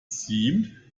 seem